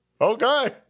Okay